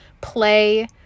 play